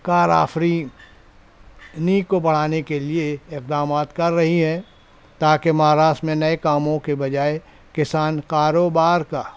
کار آفریں انہیں کو بڑھانے کے لیے اقدامات کر رہی ہیں تاکہ مہاراشٹر میں نئے کاموں کے بجائے کسان کاروبار کا